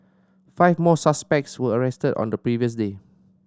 five more suspects were arrested on the previous day